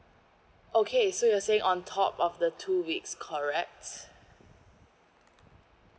okay so you were saying on top of the two weeks correct